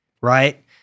Right